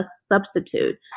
substitute